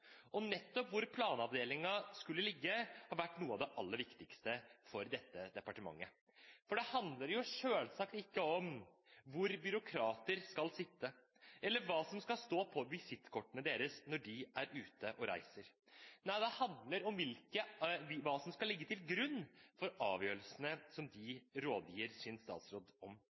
Nettopp hvor planavdelingen skulle ligge, har vært noe av det aller viktigste for dette departementet, for det handler selvsagt ikke om hvor byråkrater skal sitte eller hva som skal stå på visittkortene deres når de er ute og reiser. Nei, det handler om hva som skal ligge til grunn for de avgjørelsene som de gir sin statsråd råd om.